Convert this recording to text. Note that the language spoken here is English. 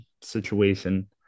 situation